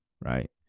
Right